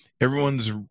everyone's